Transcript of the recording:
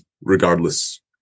regardless